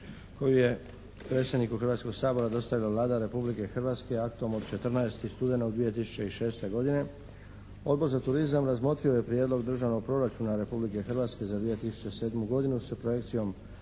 koju je predsjedniku Hrvatskoga sabora dostavila Vlada Republike Hrvatske aktom od 14. studenog 2006. godine. Odbor za turizam razmotrio je Prijedlog državnog proračuna Republike Hrvatske za 2007. godinu s projekcijom